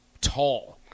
tall